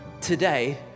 today